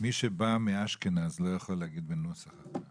מי שבא מאשכנז לא יכול להגיד בנוסח אחר.